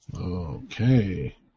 Okay